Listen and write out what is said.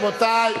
רבותי,